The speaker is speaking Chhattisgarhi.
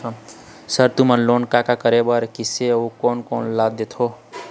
सर तुमन लोन का का करें बर, किसे अउ कोन कोन ला देथों?